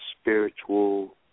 Spiritual